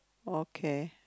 okay